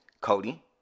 Cody